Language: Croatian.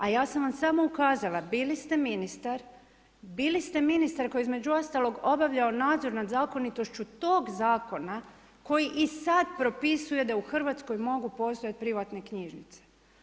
A ja sam vam samo ukazala, bili ste ministar, bili ste ministar koji između ostalog obavljao nadzor nad zakonitošću tog Zakona koji i sad propisuje da u RH mogu postojati privatne knjižnice.